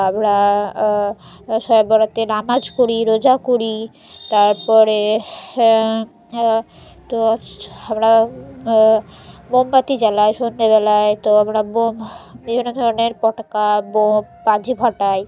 আমরা শবে বরাতে নামাজ করি রোজা করি তার পরে তো আমরা মোমবাতি জ্বালাই সন্ধেবেলায় তো আমরা বোম বিভিন্ন ধরনের পটকা বোম বাজি ফাটাই